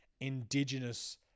indigenous